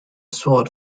sword